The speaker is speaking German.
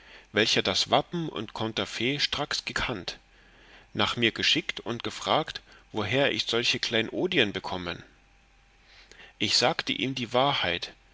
welcher das wappen und conterfait stracks gekannt nach mir geschickt und gefragt woher ich solche kleinodien bekommen ich sagte ihm die wahrheit